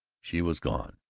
she was gone.